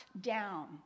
down